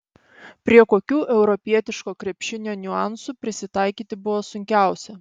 prie kokių europietiško krepšinio niuansų prisitaikyti buvo sunkiausia